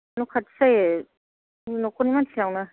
न'खाथि जायो जोंनि न'खरनि मानसिनावनो